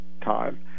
time